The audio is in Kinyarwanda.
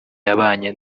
yabanye